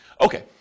Okay